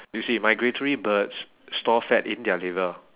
you see migratory birds store fat in their liver